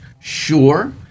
sure